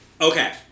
Okay